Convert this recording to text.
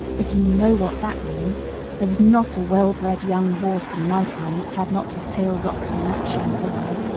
if you know what that means there was not a well-bred young horse in my time that had not his tail docked in that shameful way,